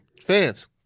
fans